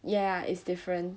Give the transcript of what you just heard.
ya is different